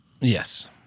Yes